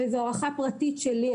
וזו הערכה פרטית שלי,